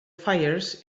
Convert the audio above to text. fires